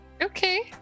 Okay